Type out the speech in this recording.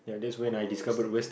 good old western food